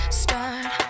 start